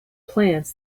plants